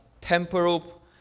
temporal